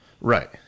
Right